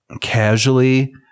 casually